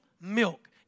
milk